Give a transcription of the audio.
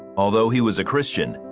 all though he was a christian,